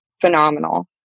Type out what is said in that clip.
Phenomenal